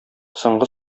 соңгы